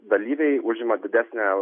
dalyviai užima didesnę